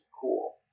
cool